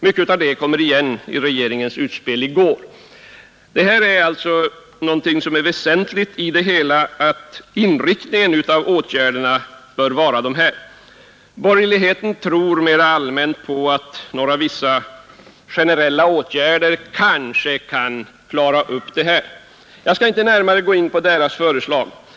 Mycket av det kom igen i regeringens utspel i går. Väsentligt i det hela är alltså att inriktningen av åtgärderna bör vara den som man anger. Borgerligheten ”tror” mera allmänt på att vissa generella åtgärder kanske kan klara upp problemen. Jag skall inte närmare gå in på dess förslag.